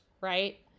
right